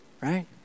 right